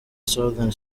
southern